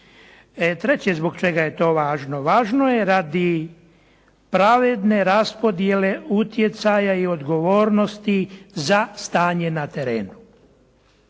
Treće zbog čega je to važno. Važno je radi pravedne raspodjele utjecaja i odgovornosti za stanje na terenu.